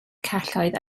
celloedd